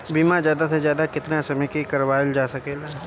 बीमा ज्यादा से ज्यादा केतना समय के लिए करवायल जा सकेला?